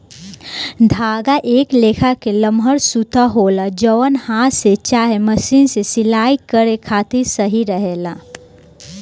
धागा एक लेखा के लमहर सूता होला जवन हाथ से चाहे मशीन से सिलाई करे खातिर सही रहेला